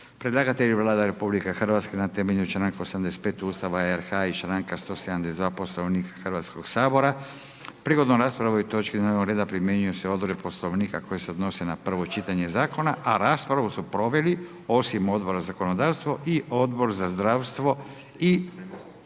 Predlagatelj je Vlada RH na temelju čl. 85. Ustava RH i čl. 172. Poslovnika Hrvatskog sabora. .../Govornik se ne razumije./... o ovoj točki dnevnog reda primjenjuju se odredbe Poslovnika koje se odnose na prvo čitanje Zakona, a raspravu su proveli, osim Odbora za zakonodavstvo i Odbor za zdravstvo i